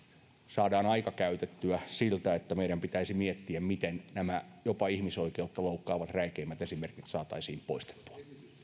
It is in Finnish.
saamme ajan käytettyä siltä että meidän pitäisi miettiä miten nämä jopa ihmisoikeutta loukkaavat räikeimmät esimerkit saataisiin poistettua